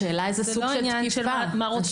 השאלה איזה סוג של תקיפה.